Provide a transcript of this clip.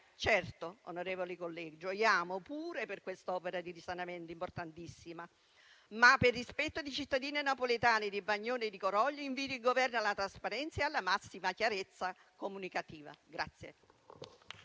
Certo, onorevoli colleghi, gioiamo pure per quest'opera di risanamento importantissima, ma per rispetto dei cittadini napoletani di Bagnoli e di Coroglio, invito il Governo alla trasparenza e alla massima chiarezza comunicativa.